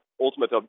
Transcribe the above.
ultimate